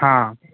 हा